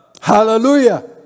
Hallelujah